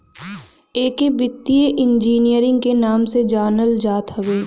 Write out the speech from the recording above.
एके वित्तीय इंजीनियरिंग के नाम से जानल जात हवे